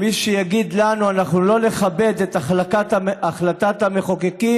מי שיגיד לנו: אנחנו לא נכבד את החלטת המחוקקים,